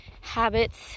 Habits